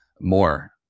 more